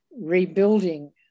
rebuilding